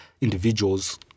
individuals